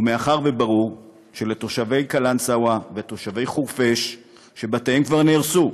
ומאחר שברור שתושבי קלנסואה ותושבי חורפיש שבתיהם כבר נהרסו,